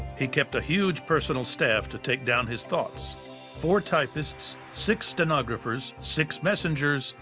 he kept a huge personal staff to take down his thoughts four typists six stenographers, six messengers,